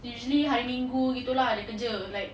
usually hari minggu gitu lah dia kerja like